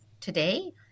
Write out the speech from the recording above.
today